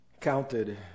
counted